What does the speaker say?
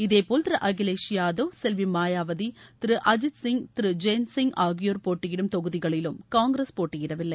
இதேபோல் திரு அகிலேஷ் யாதவ் செல்வி மாயாவதி திரு அஜித் சிங்திரு ஜெயந்த் சிங் ஆகியோர் போட்டியிடும் தொகுதிகளிலும் காங்கிரஸ் போட்டியிடவில்லை